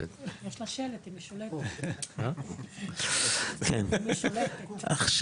פעם אחת להבהיר את זה לפרוטוקול.